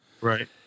Right